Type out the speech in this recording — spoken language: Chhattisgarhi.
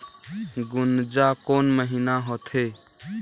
गुनजा कोन महीना होथे?